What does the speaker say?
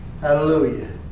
Hallelujah